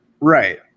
Right